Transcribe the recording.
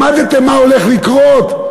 למדתם מה הולך לקרות,